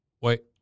Wait